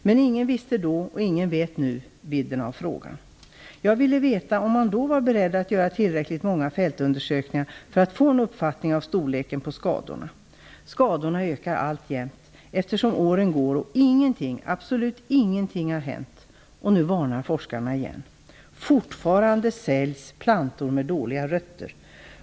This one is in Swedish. Men ingen visste då, och ingen vet nu, vidden av frågan. Jag ville veta om man då var beredd att göra tillräckligt många fältundersökningar för att få en uppfattning av storleken på skadorna. Skadorna ökar alltjämt, eftersom åren går och ingenting, absolut ingenting, har hänt. Och nu varnar forskarna igen. Fortfarande säljs plantor med dåliga rötter.